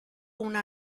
una